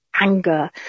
anger